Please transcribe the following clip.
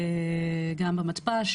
גם המתפ"ש.